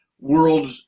world